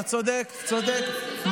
אתה צודק, צודק.